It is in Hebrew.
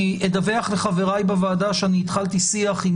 אני אדווח לחבריי בוועדה שאני התחלתי שיח עם